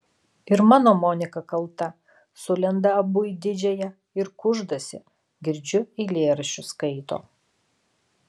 ir mano monika kalta sulenda abu į didžiąją ir kuždasi girdžiu eilėraščius skaito